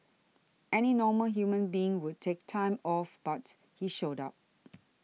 any normal human being would take time off but he showed up